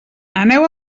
aneu